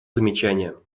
замечания